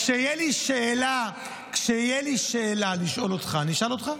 כשתהיה לי שאלה לשאול אותך, אני אשאל אותך.